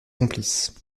complices